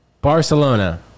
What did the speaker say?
Barcelona